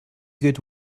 good